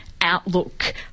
outlook